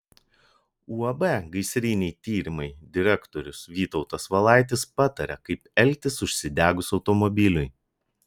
uab gaisriniai tyrimai direktorius vytautas valaitis pataria kaip elgtis užsidegus automobiliui